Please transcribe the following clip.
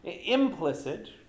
implicit